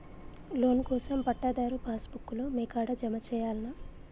Loan కోసం పట్టాదారు pass book లు మీ కాడా జమ చేయల్నా?